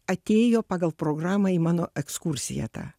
atėjo pagal programą į mano ekskursiją tą